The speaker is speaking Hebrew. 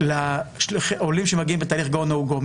לעולים שמגיעים בתהליך go-no-go,